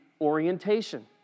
orientation